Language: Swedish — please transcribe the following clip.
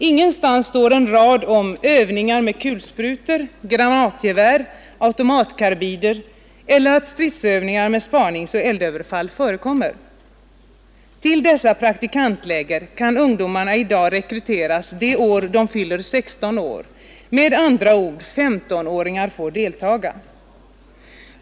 Ingenstans står en rad om övningar med kulsprutor, granatgevär, automatkarbiner eller att stridsövningar med spaning och eldöverfall förekommer. Till dessa praktikantläger kan ungdomar i dag rekryteras det år de fyller 16 år, med andra ord får 15-åringar delta.